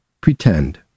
Pretend